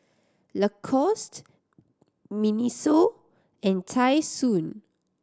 Lacoste MINISO and Tai Sun